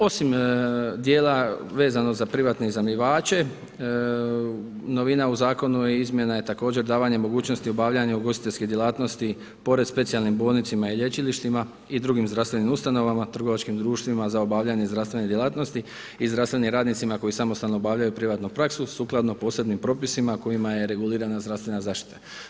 Osim dijela vezano za privatne iznajmljivače, novina u Zakonu je izmjena također davanje mogućnosti obavljanja ugostiteljskih djelatnosti pored specijalnih bolnicama i lječilištima i drugim zdravstvenim ustanovama, trgovačkim društvima za obavljanje zdravstvenih djelatnosti i zdravstvenim radnicima koji samostalno obavljaju privatnu praksu sukladno posebnim propisima kojima je regulirana zdravstvena zaštita.